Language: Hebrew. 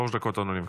שלוש דקות, אדוני.